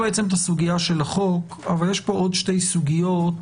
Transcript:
סוגית החוק אבל יש פה עוד שתי סוגיות